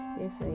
yes